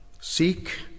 Seek